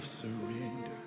surrender